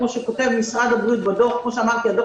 כפי שכותב משרד הבריאות בדוח כפי שאמרתי: הדוח